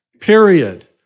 Period